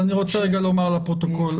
אני רוצה לומר לפרוטוקול.